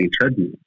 treadmill